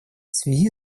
связи